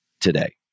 today